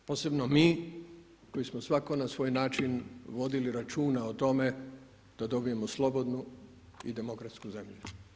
Posebno mi koji smo svatko na svoj način vodili računa o tome da dobijemo slobodnu i demokratsku zemlju.